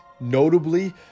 notably